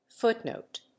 Footnote